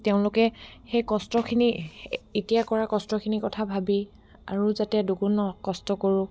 তেওঁলোকে সেই কষ্টখিনি এতিয়া কৰা কষ্টখিনি কথা ভাবি আৰু যাতে দুগুণ ন কষ্ট কৰোঁ